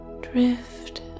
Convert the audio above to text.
Drift